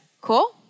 Cool